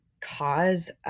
cause